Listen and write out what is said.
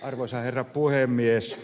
arvoisa herra puhemies